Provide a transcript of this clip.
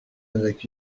avec